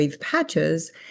patches